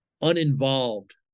uninvolved